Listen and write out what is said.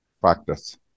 practice